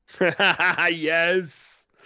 Yes